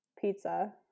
Pizza